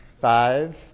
Five